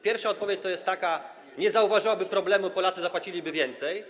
Pierwsza odpowiedź, odpowiedź a, jest taka: Nie zauważyłaby problemu, Polacy zapłaciliby więcej.